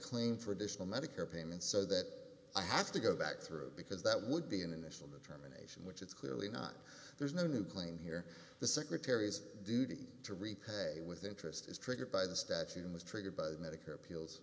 claim for additional medicare payments so that i have to go back through because that would be an initial the in which it's clearly not there's no new claim here the secretary's duty to repay with interest is triggered by the statute was triggered by the medicare appeals